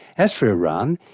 as for iran,